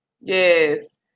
Yes